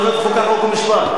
אתה יושב-ראש ועדת החוקה, חוק ומשפט.